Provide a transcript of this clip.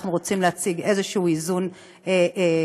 רוצים להציג איזשהו איזון פורמלי,